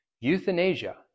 Euthanasia